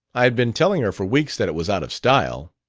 i had been telling her for weeks that it was out of style.